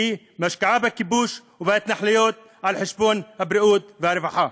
היא משקיעה בכיבוש ובהתנחלויות על חשבון הבריאות והרווחה.